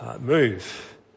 move